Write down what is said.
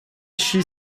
she